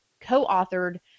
co-authored